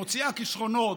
מוציאה כישרונות,